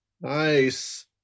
Nice